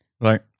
Right